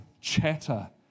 chatter